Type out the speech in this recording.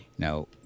Now